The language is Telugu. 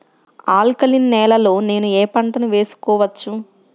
ఆల్కలీన్ నేలలో నేనూ ఏ పంటను వేసుకోవచ్చు?